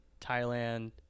Thailand